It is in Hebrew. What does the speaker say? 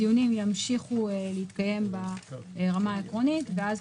הדיונים ימשיך להתקיים ברמה העקרונית ואז,